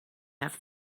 have